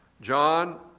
John